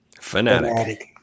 Fanatic